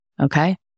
Okay